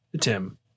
Tim